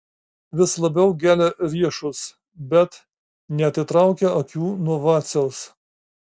vis labiau gelia riešus bet neatitraukia akių nuo vaciaus